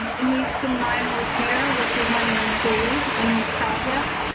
um it needs some minor repair, which we're going to include in this project,